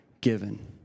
given